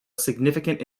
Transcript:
significant